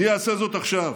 מי יעשה זאת עכשיו,